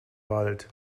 wald